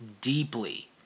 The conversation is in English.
deeply